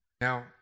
Now